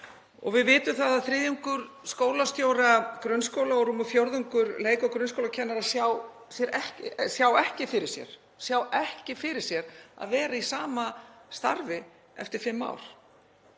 Við vitum að þriðjungur skólastjóra grunnskóla og rúmur fjórðungur leik- og grunnskólakennara sjá ekki fyrir sér að vera í sama starfi eftir fimm ár.